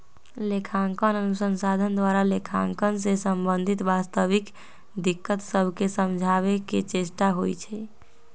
लेखांकन अनुसंधान द्वारा लेखांकन से संबंधित वास्तविक दिक्कत सभके समझाबे के चेष्टा होइ छइ